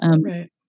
right